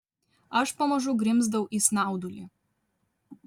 aš pamažu grimzdau į snaudulį